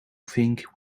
think